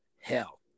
hell